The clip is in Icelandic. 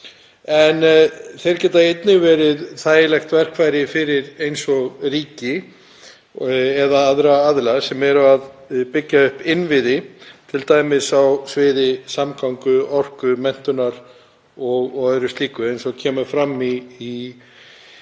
en þeir geta einnig verið þægilegt verkfæri fyrir ríkið eða aðra aðila sem eru að byggja upp innviði, t.d. á sviði samgangna, orku, menntunar og annars slíks, eins og kemur fram í þessu